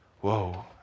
Whoa